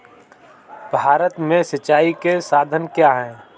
भारत में सिंचाई के साधन क्या है?